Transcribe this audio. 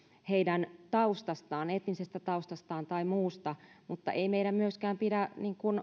heidän taustastaan etnisestä taustastaan tai muusta mutta ei meidän myöskään pidä